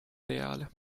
areale